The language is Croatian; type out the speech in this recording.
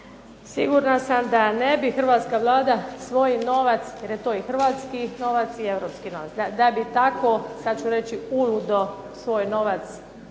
Sigurna sam da ne bi hrvatska Vlada svoj novac, jer je to i hrvatski i europski novac da bi tako sada ću reći uludo svoj novac potrošila